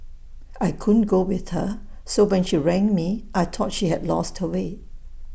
I couldn't go with her so when she rang me I thought she had lost her way